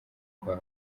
kwa